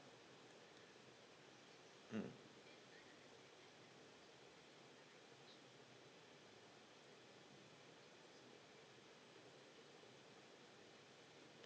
mm